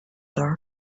dark